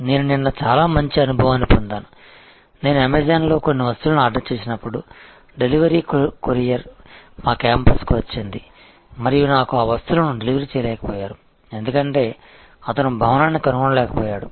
నేను నిన్న చాలా మంచి అనుభవాన్ని పొందాను నేను అమెజాన్లో కొన్ని వస్తువులను ఆర్డర్ చేసినప్పుడు డెలివరీ కొరియర్ మా క్యాంపస్కు వచ్చింది మరియు నాకు ఆ వస్తువును డెలివరీ చేయలేకపోయారు ఎందుకంటే అతను భవనాన్ని కనుగొనలేకపోయాడు